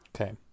Okay